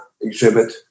exhibit